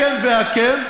הכן והכן,